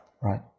Right